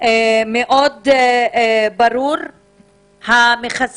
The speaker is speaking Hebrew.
ברור מאוד שמכסה